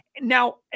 Now